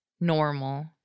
normal